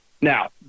Now